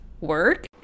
work